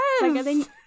Yes